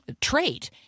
trait